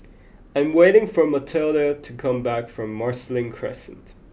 I am waiting for Matilde to come back from Marsiling Crescent